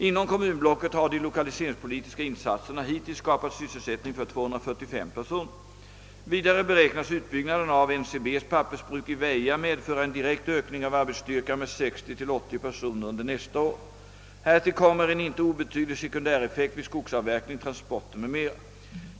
Inom kommunblocket har de lokaliseringspolitiska insatserna hittills skapat sysselsättning för 245 personer. Vidare beräknas utbyggnaden av NCB:s pappersbruk i Väja medföra en direkt ökning av arbetsstyrkan med 60—380 personer under nästa år. Härtill kommer en inte obetydlig sekundäreffekt vid skogsavverkning, transporter m.m.